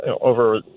over